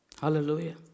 Hallelujah